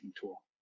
tool